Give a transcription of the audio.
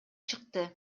чыкты